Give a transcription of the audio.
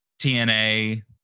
TNA